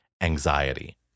anxiety